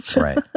Right